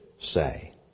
say